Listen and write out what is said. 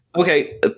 Okay